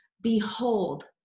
Behold